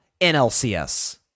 NLCS